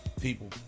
people